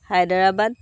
Hyderabad